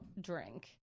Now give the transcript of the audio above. drink